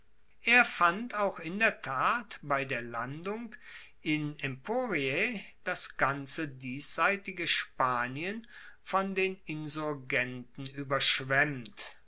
er fand auch in der tat bei der landung in emporiae das ganze diesseitige spanien von den insurgenten ueberschwemmt